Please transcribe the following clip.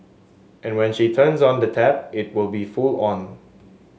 and when she turns on the tap it will be full on